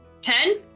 Ten